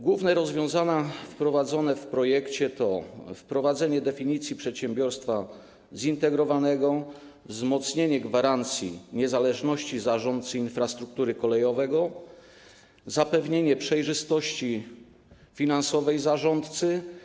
Główne rozwiązania zawarte w projekcie to wprowadzenie definicji przedsiębiorstwa zintegrowanego, wzmocnienie gwarancji niezależności zarządcy infrastruktury kolejowej, zapewnienie przejrzystości finansowej zarządcy.